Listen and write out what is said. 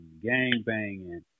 gang-banging